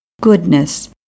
goodness